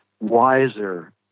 wiser